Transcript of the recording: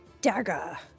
dagger